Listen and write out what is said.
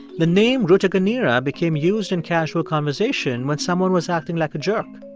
the name rutaganira became used in casual conversation when someone was acting like a jerk.